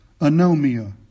Anomia